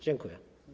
Dziękuję.